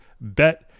bet –